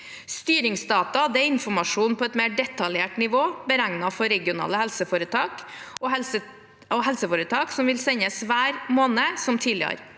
Styringsdata er informasjon på et mer detaljert nivå, beregnet for regionale helseforetak, som vil sendes hver måned – som tidligere.